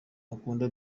agukunda